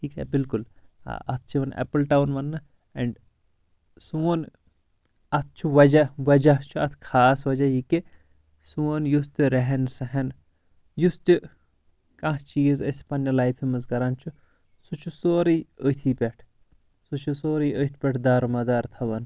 ٹھیٖک چھا بالکُل آ اتھ چھُ یِوان اٮ۪پٕل ٹاوُن وننہٕ اینڈ سون اتھ چھُ وجہ وجہ چھُ اتھ خاص وجہ یہِ کہِ سون یُس تہِ ریہن سیہن یُس تہِ کانٛہہ چیٖز أسۍ پننہِ لایفہِ منٛز کران چھِ سُہ چھُ سورُے أتھی پٮ۪ٹھ سُہ چھُ سورُے أتھۍ پٮ۪ٹھ دارمدار تھاوان